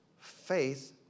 Faith